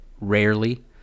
rarely